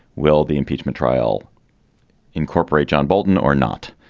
will the impeachment trial incorporate john bolton or not?